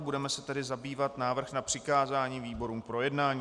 Budeme se tedy zabývat návrhem na přikázání výborům k projednání.